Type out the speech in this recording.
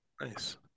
nice